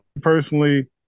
Personally